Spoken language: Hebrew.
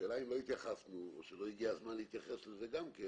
השאלה אם לא הגיע הזמן להתייחס גם כן